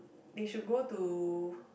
they should go to